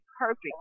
perfect